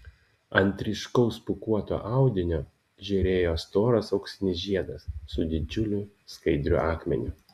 ant ryškaus pūkuoto audinio žėrėjo storas auksinis žiedas su didžiuliu skaidriu akmeniu